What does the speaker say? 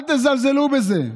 אל תזלזלו בזה.